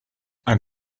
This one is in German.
ein